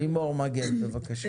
לימור מגן, בבקשה.